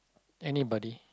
anybody